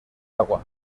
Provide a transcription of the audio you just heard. agua